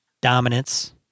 dominance